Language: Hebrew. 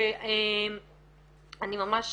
שאני ממש